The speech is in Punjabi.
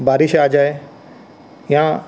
ਬਾਰਿਸ਼ ਆ ਜਾਏ ਜਾਂ